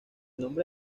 nombre